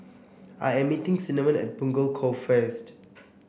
I am meeting Cinnamon at Punggol Cove first